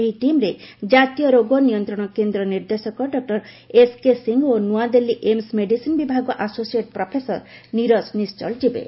ଏହି ଟିମ୍ରେ ଜାତୀୟ ରୋଗ ନିୟନ୍ତ୍ରଣ କେନ୍ଦ୍ର ନିର୍ଦ୍ଦେଶକ ଡକ୍ର ଏସ୍କେ ସିଂ ଓ ନ୍ରଆଦିଲ୍ଲୀ ଏମ୍ସ ମେଡିସିନ୍ ବିଭାଗ ଆସୋସିଏଟ ପ୍ରଫେସର ନିରକ୍ତ ନିଶ୍ଚଳ ଯିବେ